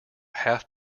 half